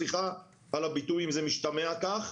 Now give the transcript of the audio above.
סליחה על הביטוי אם זה משתמע כך,